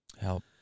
help